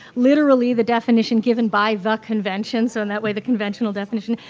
literally the definition given by the convention, so in that way the conventional definition,